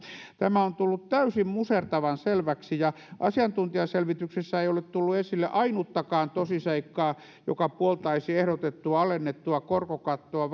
tämä on tullut täysin musertavan selväksi asiantuntijaselvityksessä ei ole tullut esille ainuttakaan tosiseikkaa joka puoltaisi ehdotettua alennettua korkokattoa